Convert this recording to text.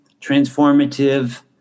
transformative